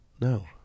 No